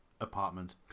apartment